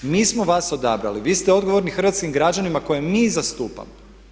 Mi smo vas odabrali, vi ste odgovorni hrvatskim građanima koje mi zastupamo.